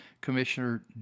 Commissioner